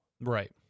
Right